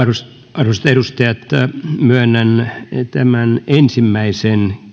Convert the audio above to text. arvoisat edustajat myönnän tämän ensimmäisen